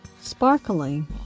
sparkling